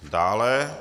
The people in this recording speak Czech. Dále.